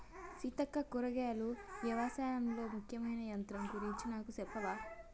సీతక్క కూరగాయలు యవశాయంలో ముఖ్యమైన యంత్రం గురించి నాకు సెప్పవా